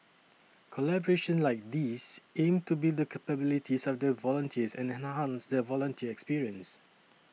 collaborations like these aim to build the capabilities of the volunteers and enhance the volunteer experience